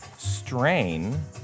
Strain